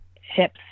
hips